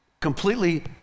completely